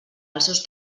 els